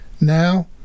Now